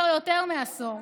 כבר יותר מעשור.